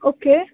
okay